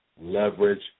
leverage